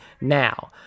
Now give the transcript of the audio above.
now